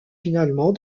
finalement